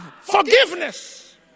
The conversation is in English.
forgiveness